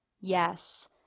yes